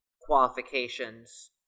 qualifications